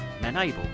#Menable